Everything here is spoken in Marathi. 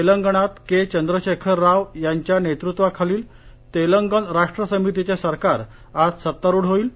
तेलंगणात के चंद्रशेखर राव यांच्या नेतृत्वाखालील तेलंगण राष्ट्र समितीचे सरकार आज सत्तारूढ होइल